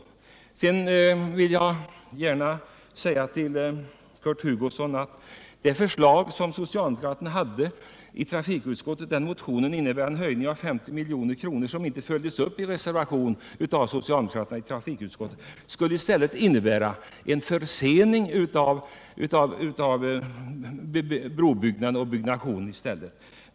Sedan vill jag gärna säga till Kurt Hugosson att den motion av socialdemokraterna som behandlades i trafikutskottet om anslagshöjning med 50 milj.kr. men som inte följdes upp i någon reservation av socialdemokraterna i utskottet skulle, om den bifölls, innebära en försening av brobyggnationen.